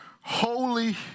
holy